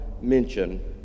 mention